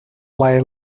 play